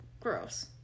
gross